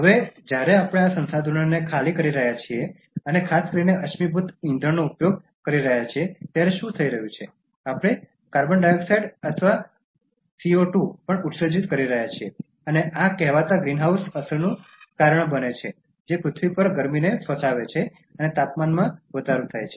હવે જ્યારે આપણે આ સંસાધનોને ખાલી કરી રહ્યા છીએ અને ખાસ કરીને અશ્મિભૂત ઇંધણનો ઉપયોગ કરી રહ્યા છીએ ત્યારે શું થઈ રહ્યું છે આપણે કાર્બન ડાયોક્સાઇડ અથવા સીઓ 2 પણ ઉત્સર્જિત કરી રહ્યા છીએ અને આ કહેવાતા ગ્રીનહાઉસ અસરનું કારણ બને છે જે પૃથ્વી પર ગરમીને ફસાવે છે અને તાપમાનમાં વધારો થાય છે